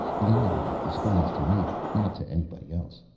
the eye-lock responds to me, not to anybody else.